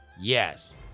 Yes